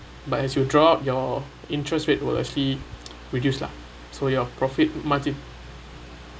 but as you draw out your interest rate will actually reduce lah so you profit margin